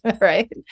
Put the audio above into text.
right